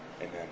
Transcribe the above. Amen